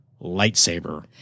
lightsaber